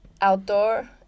outdoor